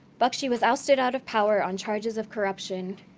bakshi was ousted out of power on charges of corruption,